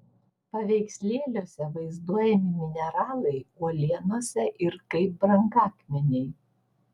paveikslėliuose vaizduojami mineralai uolienose ir kaip brangakmeniai